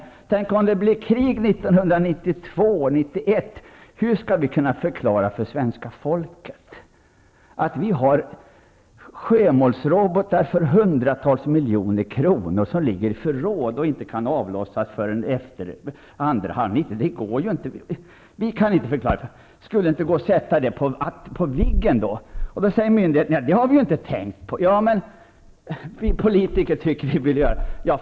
Tänk om det blir krig 1991 eller 1992! Hur skall vi då kunna förklara för svenska folket att det finns sjömålsrobotar till ett värde av hundratals miljoner kronor i olika förråd -- robotar som inte kan avlossas förrän senare under 90-talet? Det här går inte ihop. Vi kan inte förklara detta. Ja, men skulle det inte gå att använda Viggen? frågar någon. Då säger man från myndigheterna: Det har vi inte tänkt på.